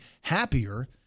happier